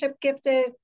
gifted